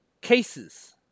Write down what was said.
Cases